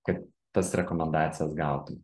kad tas rekomendacijas gautum